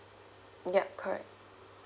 yup correct